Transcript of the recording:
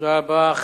תודה רבה.